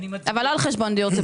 אבל לא על חשבון דיור ציבורי.